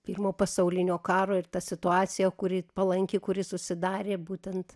pirmo pasaulinio karo ir ta situacija kuri palanki kuri susidarė būtent